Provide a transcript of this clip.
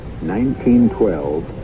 1912